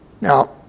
Now